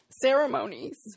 ceremonies